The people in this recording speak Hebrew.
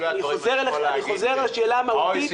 אני חוזר לשאלה המהותית --- אבל בשולי הדברים